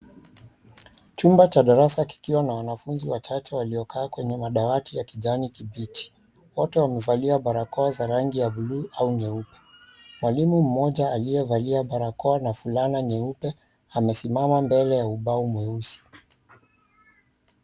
Chumba cha darasa kikiwa na wanafunzi wachache waliokaa kwenye madawati ya kijani kibichi, wote wamevalia barakoa za rangi ya blue au nyeupe, mwalimu mmoja aliyevalia barakoa na fulana nyeupe amesimama mbele ya ubao mwuesi.